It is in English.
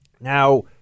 Now